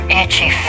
itchy